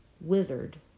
withered